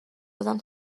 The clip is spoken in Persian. بازم